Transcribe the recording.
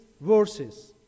verses